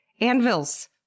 anvils